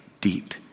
deep